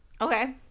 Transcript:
Okay